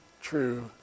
true